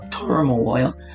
turmoil